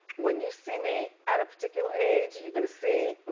when you see me at a particular age, you're gonna see.